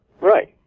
Right